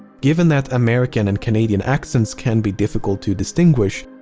given that american and canadian accents can be difficult to distinguish,